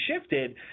shifted